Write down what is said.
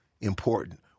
important